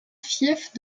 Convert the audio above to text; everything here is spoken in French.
fief